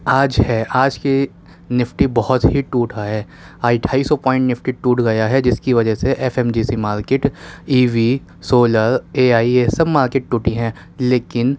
آج ہے آج کی نفٹی بہت ہی ٹوٹا ہے آج ڈھائی سو پوائنٹ نفٹی ٹوٹ گیا ہے جس کی وجہ سے F M C G market E V solar A I یہ سب مارکیٹ ٹوٹی ہیں لیکن